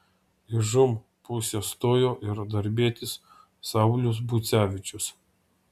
į žūm pusę stojo ir darbietis saulius bucevičius